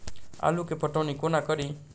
आलु केँ पटौनी कोना कड़ी?